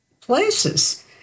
places